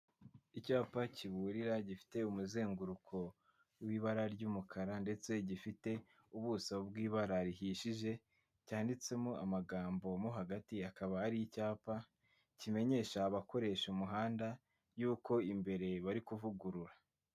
Icyapa kiburira gifite umuzenguruko w'ibara ry'umukara, ndetse gifite ubuso bw'ibara rihishije, cyanditsemo amagambo mo hagati, akaba ari icyapa kimenyesha abakoresha umuhanda y'uko imbere bari kuvugurura.